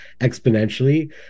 exponentially